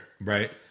right